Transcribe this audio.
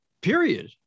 period